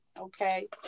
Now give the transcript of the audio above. Okay